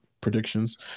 predictions